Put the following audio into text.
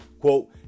Quote